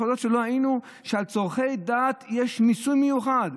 מחוזות שלא היינו, שלצורכי דת יש מיסוי מיוחד.